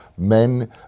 Men